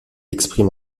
exprime